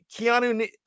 Keanu